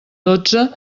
dotze